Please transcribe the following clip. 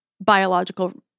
biological